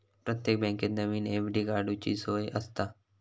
प्रत्येक बँकेत नवीन एफ.डी काडूची सोय आसता